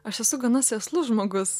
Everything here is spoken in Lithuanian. aš esu gana sėslus žmogus